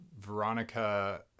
Veronica